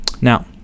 Now